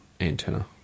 antenna